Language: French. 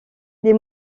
les